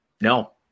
No